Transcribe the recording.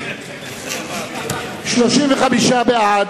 35 בעד,